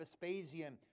Vespasian